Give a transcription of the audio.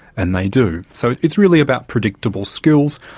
and they do, so it's really about predictable skills,